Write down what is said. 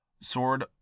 sword